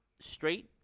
straight